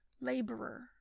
laborer